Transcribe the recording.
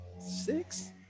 Six